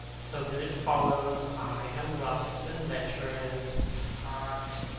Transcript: so that it follows i am rough and lecherous tut!